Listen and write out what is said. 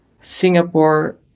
Singapore